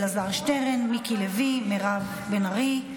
אלעזר שטרן, מיקי לוי, מירב בן ארי,